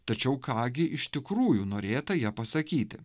tačiau ką gi iš tikrųjų norėta ją pasakyti